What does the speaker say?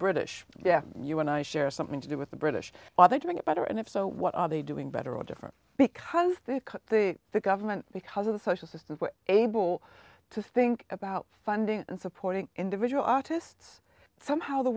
british yeah you and i share something to do with the british while they're doing better and if so what are they doing better or different because the cut the the government because of the social systems were able to think about funding and supporting individual artists somehow the